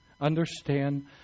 Understand